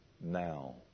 now